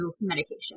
medication